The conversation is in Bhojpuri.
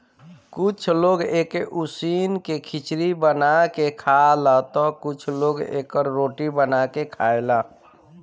कुछ लोग एके उसिन के खिचड़ी बना के खाला तअ कुछ लोग एकर रोटी बना के खाएला